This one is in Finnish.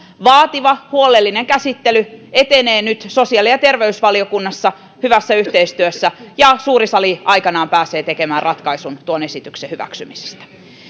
vaativa huolellinen käsittely etenee nyt sosiaali ja terveysvaliokunnassa hyvässä yhteistyössä ja suuri sali aikanaan pääsee tekemään ratkaisun tuon esityksen hyväksymisestä